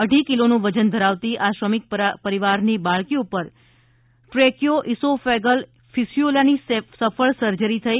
અઢી કિલોનું વજન ધરાવતી આ શ્રમિક પરિવારની બાળકી ઉપર ટ્રેકિઓ ઇસોફૅગલ ફિસ્યુલા ની સફળ સર્જરી થઈ